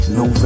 no